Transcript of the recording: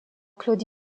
claude